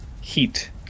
heat